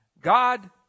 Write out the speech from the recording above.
God